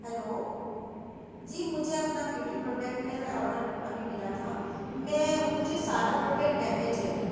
hello جی مجھے اپنا بیوٹی پروڈکٹ میں آڈر ابھی ملا تھا میں مجھے سارا پروڈکٹ ڈیمیج ہیں وہ